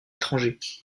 étrangers